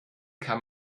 kann